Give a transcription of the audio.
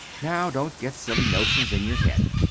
now don't get silly notions in your head!